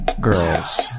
girls